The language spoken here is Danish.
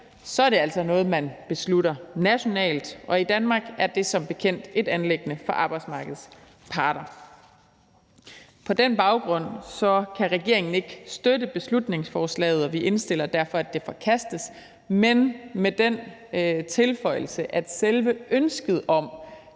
er det altså noget, man beslutter nationalt, og i Danmark er det som bekendt et anliggende for arbejdsmarkedets parter. På den baggrund kan regeringen ikke støtte beslutningsforslaget, og vi indstiller derfor, at det forkastes, men med den tilføjelse, at selve ønsket om,